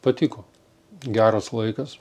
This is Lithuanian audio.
patiko geras laikas